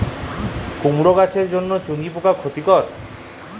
কুমড়ো গাছের জন্য চুঙ্গি পোকা ক্ষতিকর?